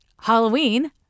Halloween